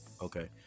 Okay